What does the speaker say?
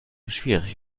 schwierig